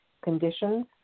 conditions